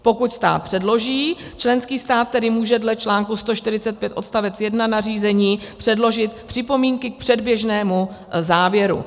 Pokud stát předloží, členský stát tedy může dle článku 145 odst. 1 nařízení předložit připomínky k předběžnému závěru.